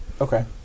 Okay